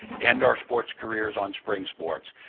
end our sports careers on spring sports.